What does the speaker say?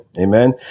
Amen